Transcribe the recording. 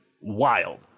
wild